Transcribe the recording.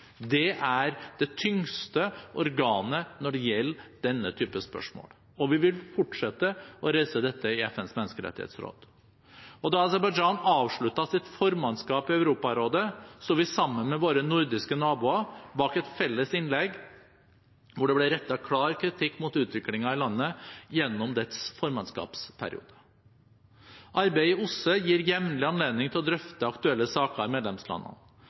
Det er det tyngste organet når det gjelder denne type spørsmål. Vi vil fortsette å reise dette i FNs menneskerettighetsråd. Da Aserbajdsjan avsluttet sitt formannskap i Europarådet, sto vi sammen med våre nordiske naboer bak et felles innlegg hvor det ble rettet klar kritikk mot utviklingen i landet gjennom dets formannskapsperiode. Arbeidet i OSSE gir jevnlig anledning til å drøfte aktuelle saker i medlemslandene